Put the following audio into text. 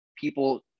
people